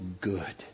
good